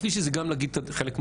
התפקיד שלי זה גם להגיד חלק מהדברים,